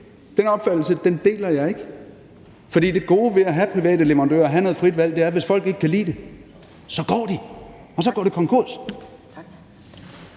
Den opfattelse deler jeg ikke. For det gode ved at have private leverandører, have noget frit valg, er, at hvis folk ikke kan lide det, de får, så går de, og så